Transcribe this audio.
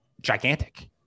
gigantic